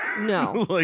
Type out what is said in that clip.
No